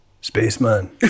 Spaceman